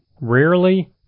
Rarely